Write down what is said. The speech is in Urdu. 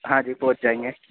ہاں جی پہنچ جائیں گے